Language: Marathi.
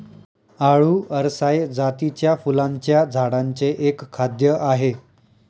आळु अरसाय जातीच्या फुलांच्या झाडांचे एक खाद्य आहे